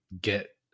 get